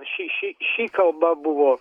ši ši ši kalba buvo